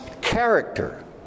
character